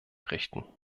richten